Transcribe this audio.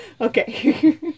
Okay